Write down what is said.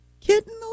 Kitten